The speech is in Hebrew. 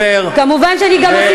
מובן שצריך לעשות יותר,